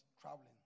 traveling